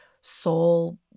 soul